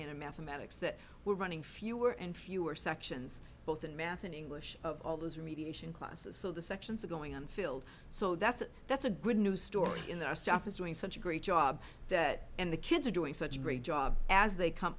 a mathematics that we're running fewer and fewer sections both in math and english of all those remediation classes so the sections are going on filled so that's a that's a good news story in the our staff is doing such a great job that and the kids are doing such a great job as they come